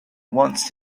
wants